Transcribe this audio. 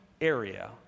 area